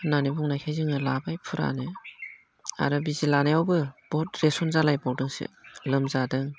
होननानै बुंनायखाय जोङो लाबाय फुरानो आरो बिजि लानायावबो बहुद रियेक्सन जालायबावदोंसो लोमजादों